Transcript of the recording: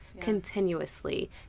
continuously